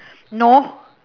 no